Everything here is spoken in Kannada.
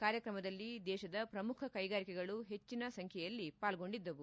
ಕಾರ್ಯಕ್ರಮದಲ್ಲಿ ದೇಶದ ಪ್ರಮುಖ ಕ್ಲೆಗಾರಿಕೆಗಳು ಹೆಚ್ಚಿನ ಸಂಖ್ಯೆಯಲ್ಲಿ ಪಾಲ್ಗೊಂಡಿದ್ದವು